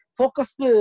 focused